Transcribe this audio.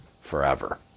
forever